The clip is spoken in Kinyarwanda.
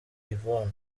yvonne